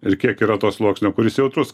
ir kiek yra to sluoksnio kuris jautrus